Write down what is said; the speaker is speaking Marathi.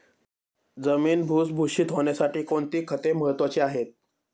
जमीन भुसभुशीत होण्यासाठी कोणती खते महत्वाची आहेत?